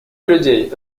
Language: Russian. людей